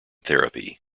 therapy